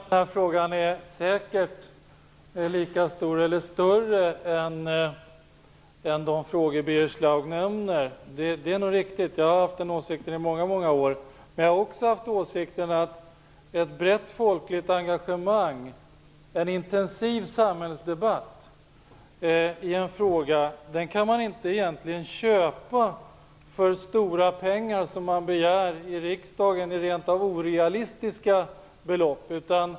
Herr talman! Jag håller med om att den här frågan säkert är lika stor som eller större än de frågor Birger Schlaug nämner. Det är nog riktigt. Jag har haft den åsikten i många många år. Men jag har också haft åsikten att ett brett folkligt engagemang, en intensiv samhällsdebatt i en fråga egentligen inte kan köpas för stora pengar, rent av orealistiska belopp, som man begär i riksdagen.